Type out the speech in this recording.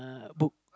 uh book